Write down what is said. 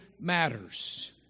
matters